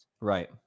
Right